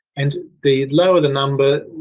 and the lower the number,